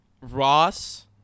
Ross